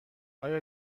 آیا